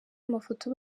amafoto